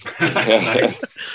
Nice